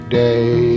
day